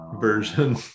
version